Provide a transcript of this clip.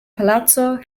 palazzo